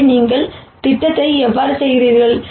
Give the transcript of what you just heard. எனவே நீங்கள் திட்டத்தை எவ்வாறு செய்கிறீர்கள்